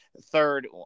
third